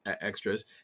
extras